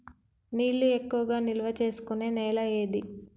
నీళ్లు ఎక్కువగా నిల్వ చేసుకునే నేల ఏది?